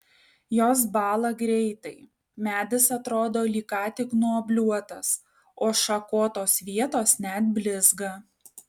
jos bąla greitai medis atrodo lyg ką tik nuobliuotas o šakotos vietos net blizga